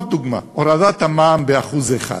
עוד דוגמה: הורדת המע"מ ב-1%.